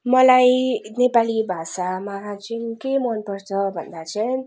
मलाई नेपाली भाषामा चाहिँ के मन पर्छ भन्दा चाहिँ